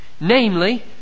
Namely